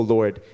Lord